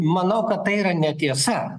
manau kad tai yra netiesa